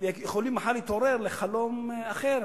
יכולים מחר להתעורר לחלום אחר,